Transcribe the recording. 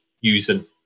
using